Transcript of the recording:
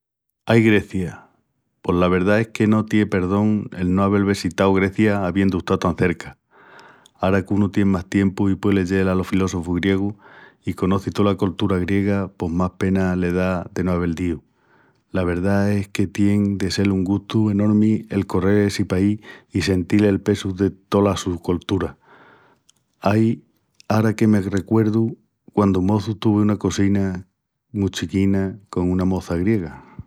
Ai Grecia! Pos la verdá es que no tien perdón el no avel vesitau Grecia aviendu estau tan cerca. Ara qu'unu tien más tiempu i puei leyel alos filósofus griegus i conoci tola coltura griega pos más pena le da de no avel díu. La verdá es que tien de sel un gustu enormi el correl essi país i sentil el pesu de tola su coltura. Ai, ara que me recuerdu, quandu moçu tuvi una cosina mu chiquina con una moça griega.